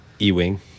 E-Wing